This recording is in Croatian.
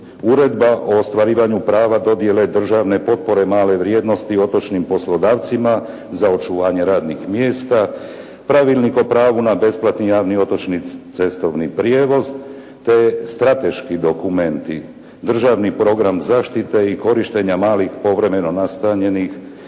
Uredba o ostvarivanju prava dodijele državne potpore male vrijednosti otočnim poslodavcima za očuvanje radnih mjesta, Pravilnik o pravu na besplatni javni otočni cestovni prijevoz te strateški dokumenti, Državni program zaštite i korištenja malih povremeno nastanjenih